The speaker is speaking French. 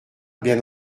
bien